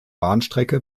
bahnstrecke